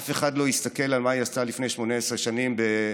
אף אחד לא יסתכל על מה שהיא עשתה לפני 18 שנים בחתימה,